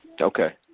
Okay